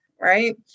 right